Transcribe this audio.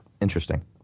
Interesting